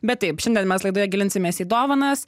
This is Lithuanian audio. bet taip šiandien mes laidoje gilinsimės į dovanas